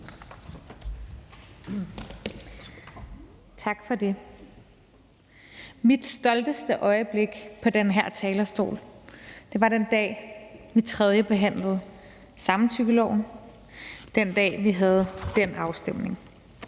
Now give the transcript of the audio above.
Tak for det. Mit stolteste øjeblik på den her talerstol var, den dag vi tredjebehandlede samtykkeloven, den dag vi havde den afstemning.